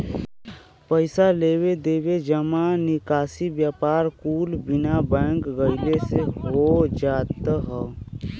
पइसा लेवे देवे, जमा निकासी, व्यापार कुल बिना बैंक गइले से हो जात हौ